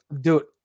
Dude